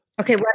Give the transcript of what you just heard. Okay